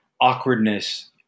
awkwardness